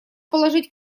положить